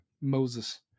moses